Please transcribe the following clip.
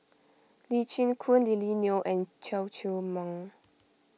Lee Chin Koon Lily Neo and Chew Chor Meng